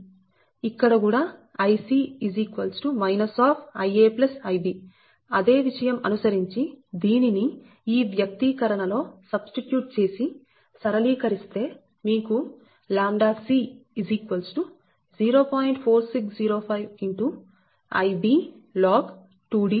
ఇక్కడ కూడా Ic Ia Ib అదే విషయం అనుసరించి దీనిని ఈ వ్యక్తీకరణ లో సబ్స్టిట్యూట్ చేసి సరళీకరిస్తే మీకు ʎc 0